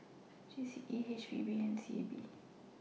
G C E H P B and S E A B